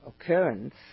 occurrence